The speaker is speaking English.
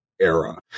era